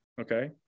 Okay